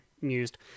mused